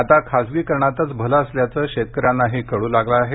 आता खासगीकरणातच भले असल्याचं शेतकऱ्यांनाही कळू लागलं आहे